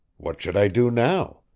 what should i do now?